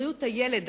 בריאות הילד,